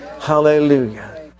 Hallelujah